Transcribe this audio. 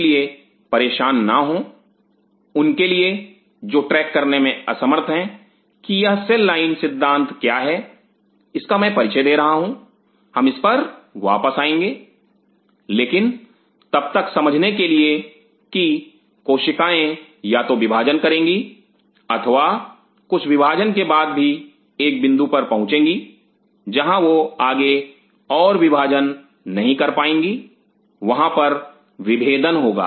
इसलिए परेशान ना हो उनके लिए जो ट्रैक करने मे असमर्थ हैं कि यह सेल लाइन सिद्धांत क्या है इसका मैं परिचय दे रहा हूं हम इस पर वापस आएँगे लेकिन तब तक समझने के लिए की कोशिकाएं या तो विभाजन करेंगी अथवा कुछ विभाजन के बाद भी एक बिंदु पर पहुंचेंगी जहां वह आगे और विभाजन नहीं कर पाएंगी वहां पर विभेदन होगा